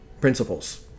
principles